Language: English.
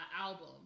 album